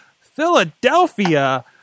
Philadelphia